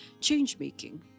change-making